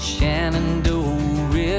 Shenandoah